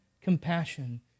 compassion